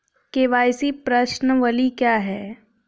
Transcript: KYC प्रश्नावली क्या है?